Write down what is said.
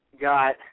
got